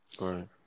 right